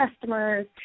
customers